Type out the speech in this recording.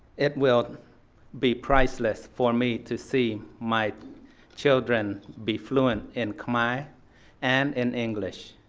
it will be priceless for me to see my children be fluent in khmer and in english.